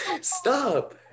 Stop